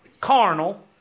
carnal